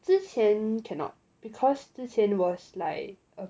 之前 cannot because 之前 was like a